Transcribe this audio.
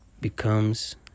becomes